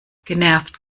genervt